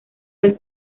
del